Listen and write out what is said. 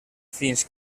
fins